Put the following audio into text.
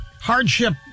Hardship